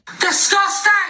Disgusting